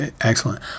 Excellent